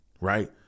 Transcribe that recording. right